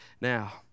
now